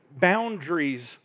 boundaries